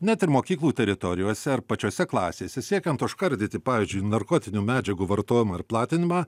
net ir mokyklų teritorijose ar pačiose klasėse siekiant užkardyti pavyzdžiui narkotinių medžiagų vartojimą ir platinimą